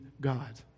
God